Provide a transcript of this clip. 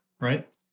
right